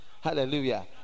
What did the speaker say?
Hallelujah